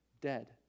dead